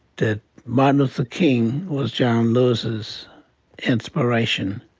that martin luther king was john lewis's inspiration.